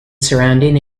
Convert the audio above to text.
surrounding